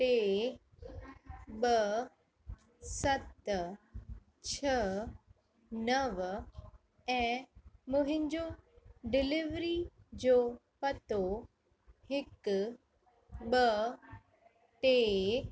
टे ॿ सत छ्ह नव ऐं मुंहिंजो डिलिवरी जो पतो हिकु ॿ टे